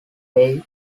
bay